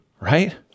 right